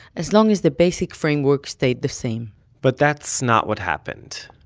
as long as the basic framework stayed the same but that's not what happened.